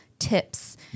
Tips